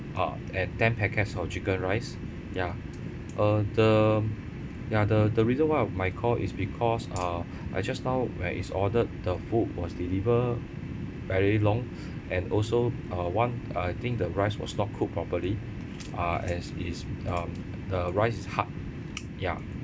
ah and ten packets of chicken rice ya uh the ya the the reason why of my call is because uh I just now when it's ordered the food was delivered very long and also uh one I think the rice was not cooked properly uh as is um the rice is hard ya